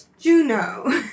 Juno